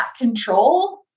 control